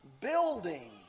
building